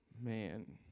Man